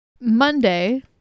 monday